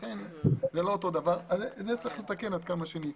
זה יש לתקן עד כמה שניתן.